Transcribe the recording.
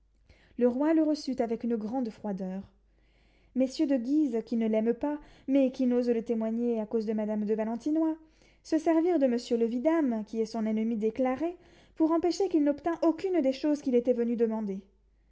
le roi le reçut avec une grande froideur messieurs de guise qui ne l'aiment pas mais qui n'osent le témoigner à cause de madame de valentinois se servirent de monsieur le vidame qui est son ennemi déclaré pour empêcher qu'il n'obtînt aucune des choses qu'il était venu demander